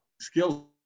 skills